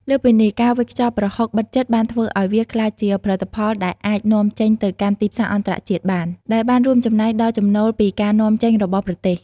លើសពីនេះ ការវេចខ្ចប់ប្រហុកបិទជិតបានធ្វើឱ្យវាក្លាយជាផលិតផលដែលអាច នាំចេញ ទៅកាន់ទីផ្សារអន្តរជាតិបាន ដែលបានរួមចំណែកដល់ចំណូលពីការនាំចេញរបស់ប្រទេស។